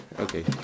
Okay